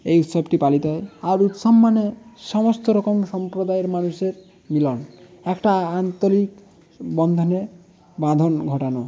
এই উৎসবটি পালিত হয় আর উৎসব মানে সমস্ত রকম সম্প্রদায়ের মানুষের মিলন একটা আন্তরিক বন্ধনে বাঁধন ঘটানো